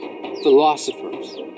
philosophers